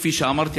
כפי שאמרתי,